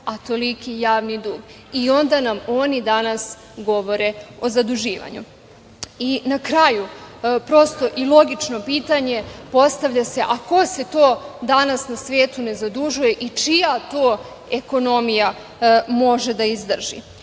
a toliki javni dug i onda nam oni danas govore o zaduživanju. Na kraju, prosto i logično pitanje postavlja se, a ko se to danas na svetu ne zadužuje i čija to ekonomija može da izdrži,